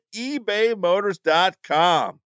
ebaymotors.com